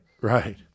right